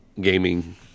Gaming